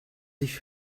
sich